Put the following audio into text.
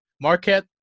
Marquette